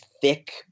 thick